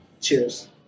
Cheers